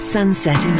Sunset